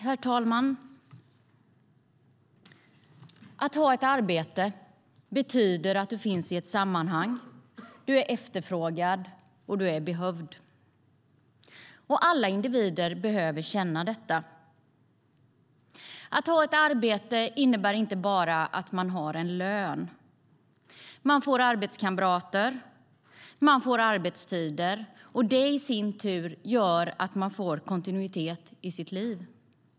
Herr talman! Att ha ett arbete betyder att du finns med i ett sammanhang, du är efterfrågad och du är behövd. Alla individer behöver känna detta. Att ha ett arbete innebär inte bara att man har en lön utan också att man får arbetskamrater och arbetstider. Det i sin tur gör att man får kontinuitet i sitt liv.